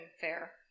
Fair